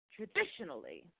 Traditionally